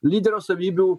lyderio savybių